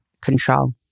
control